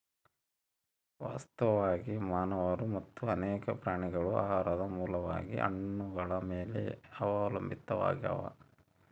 ವಾಸ್ತವವಾಗಿ ಮಾನವರು ಮತ್ತು ಅನೇಕ ಪ್ರಾಣಿಗಳು ಆಹಾರದ ಮೂಲವಾಗಿ ಹಣ್ಣುಗಳ ಮೇಲೆ ಅವಲಂಬಿತಾವಾಗ್ಯಾವ